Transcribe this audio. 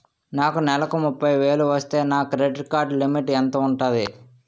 నాకు నెలకు ముప్పై వేలు వస్తే నా క్రెడిట్ కార్డ్ లిమిట్ ఎంత ఉంటాది?